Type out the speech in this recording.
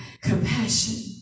compassion